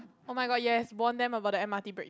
oh-my-god yes warn they about the M_R_T break